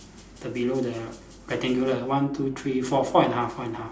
the below the rectangular one two three four four and a half four and a half